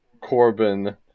Corbin